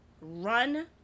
run